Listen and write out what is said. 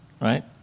right